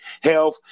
health